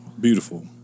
Beautiful